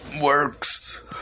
works